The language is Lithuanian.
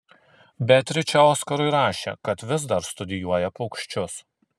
beatričė oskarui rašė kad vis dar studijuoja paukščius